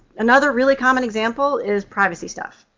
another really common example is privacy stuff.